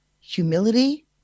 Humility